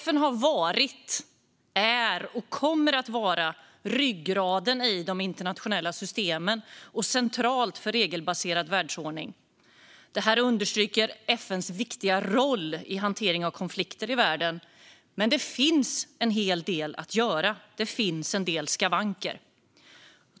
FN har varit, är och kommer att vara ryggraden i de internationella systemen och centralt för en regelbaserad världsordning. Detta understryker FN:s viktiga roll i hanteringen av konflikter i världen. Men det finns en hel del att göra; det finns en del skavanker.